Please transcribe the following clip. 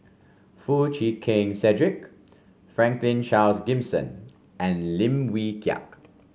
Foo Chee Keng Cedric Franklin Charles Gimson and Lim Wee Kiak